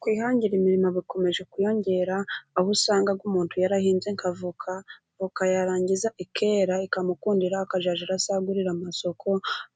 Kwihangira imirimo bikomeje kwiyongera, aho usanga umuntu yarahinze nk'avoka, avoka yarangiza ikera, ikamukundira akazajya arasagurira amasoko,